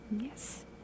Yes